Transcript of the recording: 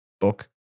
book